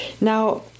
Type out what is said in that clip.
Now